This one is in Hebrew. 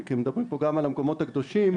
אני מדבר גם על המקומות הקדושים.